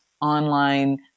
online